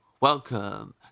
Welcome